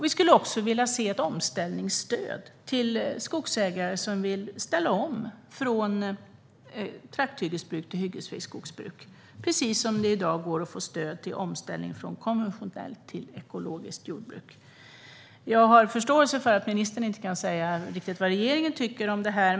Vi vill också se ett omställningsstöd till skogsägare som vill ställa om från trakthyggesbruk till hyggesfritt skogsbruk, precis som det i dag går att få stöd för omställning från konventionellt till ekologiskt jordbruk. Jag har förståelse för att ministern inte kan säga riktigt vad regeringen tycker om det.